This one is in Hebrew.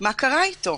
מה קרה אתו.